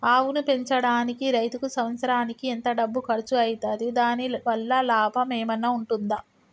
ఆవును పెంచడానికి రైతుకు సంవత్సరానికి ఎంత డబ్బు ఖర్చు అయితది? దాని వల్ల లాభం ఏమన్నా ఉంటుందా?